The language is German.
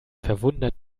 verwundert